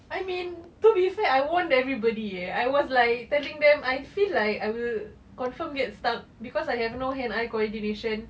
I mean to be fair I warn everybody I was like telling them I feel like I will confirm get stuck cause I have no eye-hand coordination